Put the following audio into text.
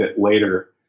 later